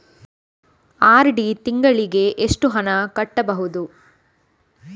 RD ತಿಂಗಳಿಗೆ ಎಷ್ಟು ಹಣ ಕಟ್ಟಬಹುದು?